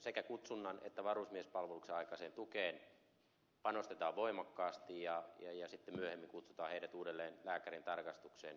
sekä kutsunnan että varusmiespalveluksen aikaiseen tukeen panostetaan voimakkaasti ja sitten myöhemmin kutsutaan heidät uudelleen lääkärintarkastukseen